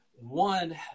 One